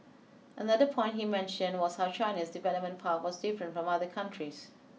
another point he mentioned was how China's development path was different from other countries